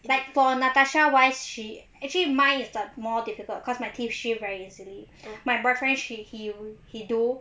but for natasha wise she actually mine is a more difficult cause my teeth shift very easily my boyfriend she will he do